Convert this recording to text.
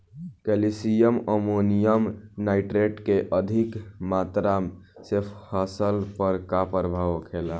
Calcium ammonium nitrate के अधिक मात्रा से फसल पर का प्रभाव होखेला?